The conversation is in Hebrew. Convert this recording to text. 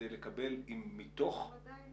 הם עדיין